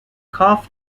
caught